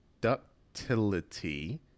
ductility